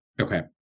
Okay